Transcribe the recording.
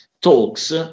talks